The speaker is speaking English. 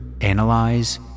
analyze